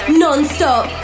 non-stop